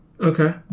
okay